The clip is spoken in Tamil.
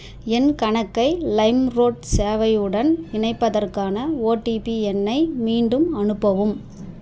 என் கணக்கை லைம்ரோட் சேவையுடன் இணைப்பதற்கான ஓடிபி எண்ணை மீண்டும் அனுப்பவும்